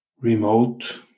Remote